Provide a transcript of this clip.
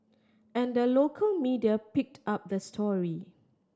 and the local media picked up the story